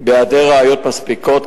בהיעדר ראיות מספיקות,